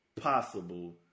possible